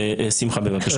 שמחה בבקשה.